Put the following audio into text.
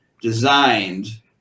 designed